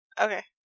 Okay